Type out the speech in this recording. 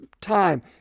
time